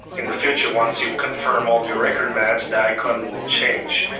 in the future, once you confirm all your record match the icon will change.